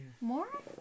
More